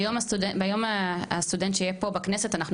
ביום הסטודנט שיהיה פה בכנסת אנחנו